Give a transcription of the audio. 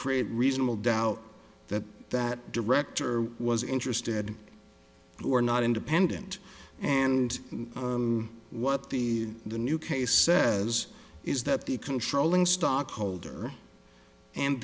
create reasonable doubt that that director was interested who are not independent and what the the new case says is that the controlling stockholder and